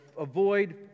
avoid